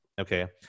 okay